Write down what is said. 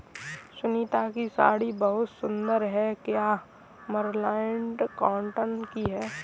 सुनीता की साड़ी बहुत सुंदर है, क्या ये मर्सराइज्ड कॉटन की है?